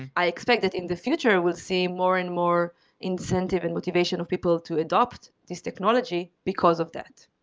i expect that in the future we'll see more and more incentive and motivation of people to adopt this technology because of that.